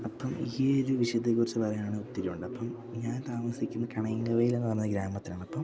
അപ്പം ഈ ഒരു വിഷയത്തെക്കുറിച്ച് പറയുവാനാണെങ്കിൽ ഒത്തിരിയുണ്ടപ്പം ഞാൻ താമസിക്കുന്ന കണയങ്കവയലെന്നു പറഞ്ഞ ഗ്രാമത്തിലാണപ്പം